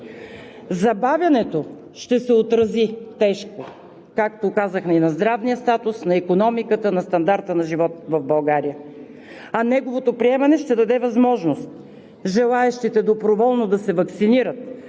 Забавянето ще се отрази тежко, както казах, на здравния статус, икономиката и стандарта на живот в България, а неговото приемане ще даде възможност на желаещите доброволно да се ваксинират